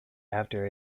after